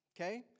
okay